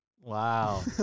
Wow